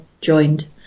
joined